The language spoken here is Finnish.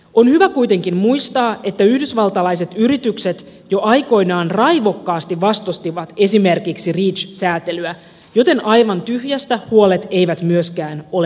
on hyvä kuitenkin muistaa että yhdysvaltalaiset yritykset jo aikoinaan raivokkaasti vastustivat esimerkiksi reach säätelyä joten aivan tyhjästä huolet eivät myöskään ole nousseet